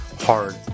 hard